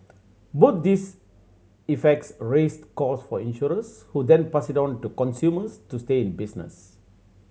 both these effects raise cost for insurers who then pass it on to consumers to stay in business